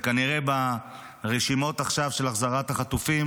וכנראה שברשימות של החזרת החטופים